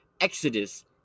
Exodus